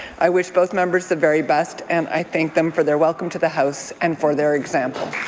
i wish both members the very best and i thank them for their welcome to the house and for their example.